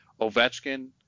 Ovechkin